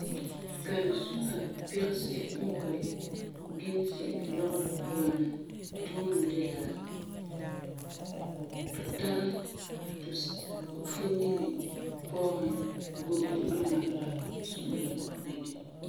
Karezuha pigesi n boi ginisi lɔgerɔ puan la tuunɛ de la tu tara tu funini pɔɔsin gogo duma la su'ura bini.